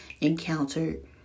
encountered